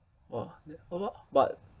!wah! how lo~ but